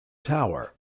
tower